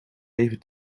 even